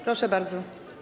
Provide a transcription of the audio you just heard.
Proszę bardzo.